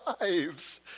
lives